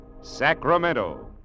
Sacramento